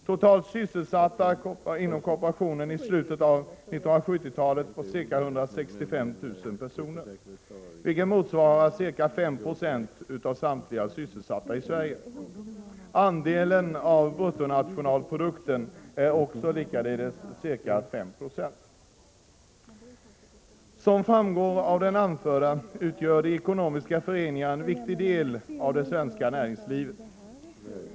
Totalt sysselsatte kooperationen i slutet av 1970-talet ca 165 000 personer, vilket motsvarar ca 5 0 av samtliga sysselsatta i Sverige. Andelen av bruttonationalprodukten var likaledes ca 5 90. Som framgår av det anförda utgör de ekonomiska föreningarna en viktig del av det svenska näringslivet.